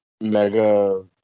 mega